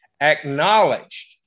acknowledged